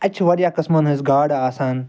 اتہ چھِ وارہن قٕسمَن ہٕنٛز گاڑٕ آسان